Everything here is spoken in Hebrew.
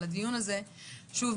איציק,